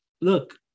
look